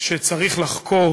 שצריך לחקור